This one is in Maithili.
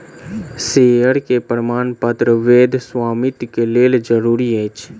शेयर के प्रमाणपत्र वैध स्वामित्व के लेल जरूरी अछि